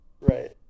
Right